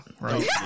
right